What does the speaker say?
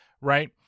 right